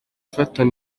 yafatiye